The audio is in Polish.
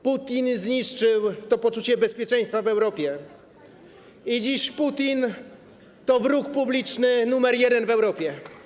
Putin zniszczył to poczucie bezpieczeństwa w Europie i dziś Putin to wróg publiczny numer jeden w Europie.